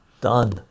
done